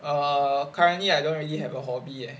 err currently I don't really have a hobby leh